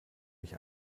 mich